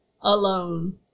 alone